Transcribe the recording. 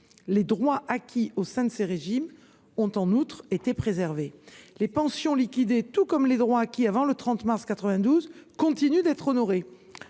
Les droits acquis au sein de ces régimes ont en outre été préservés : les pensions liquidées tout comme les droits acquis avant le 30 mars 1992 continuent d’être honorés.